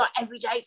everyday